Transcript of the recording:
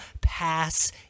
pass